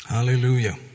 Hallelujah